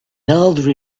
elderly